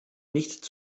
nicht